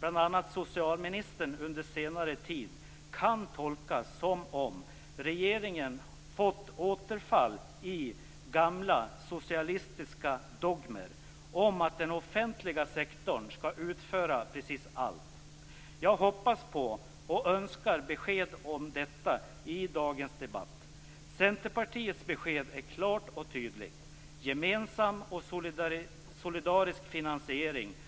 bl.a. socialministern under senare tid kan tolkas som om regeringen fått återfall i gamla socialistiska dogmer om att den offentliga sektorn skall utföra precis allt. Jag hoppas på och önskar besked om detta i dagens debatt. Centerpartiets besked är klart och tydligt. Gemensam och solidarisk finansiering.